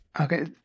Okay